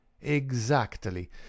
Exactly